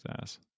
ass